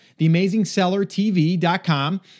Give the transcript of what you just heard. TheAmazingSellerTV.com